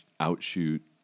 outshoot